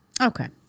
Okay